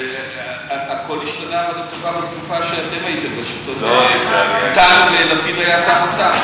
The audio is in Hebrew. והכול השתנה לטובה בתקופה שאתם הייתם בשלטון ולפיד היה שר האוצר.